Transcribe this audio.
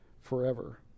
forever